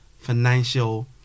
Financial